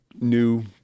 new